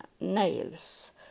nails